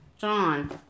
John